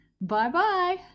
Bye-bye